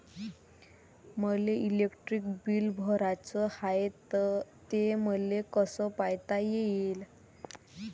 मले electric bill भराचं हाय, ते मले कस पायता येईन?